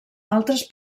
altres